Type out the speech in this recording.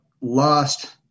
lost